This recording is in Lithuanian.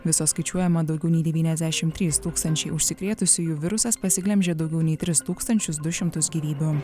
viso skaičiuojama daugiau nei devyniasdešim trys tūkstančiai užsikrėtusiųjų virusas pasiglemžė daugiau nei tris tūkstančius du šimtus gyvybių